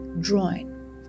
drawing